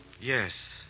Yes